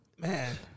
Man